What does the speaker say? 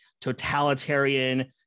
totalitarian